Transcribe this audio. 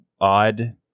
odd